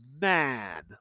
man